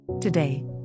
Today